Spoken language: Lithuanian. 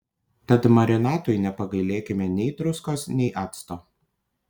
tad marinatui nepagailėkime nei druskos nei acto